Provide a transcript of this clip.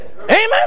Amen